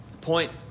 Point